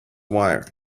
wire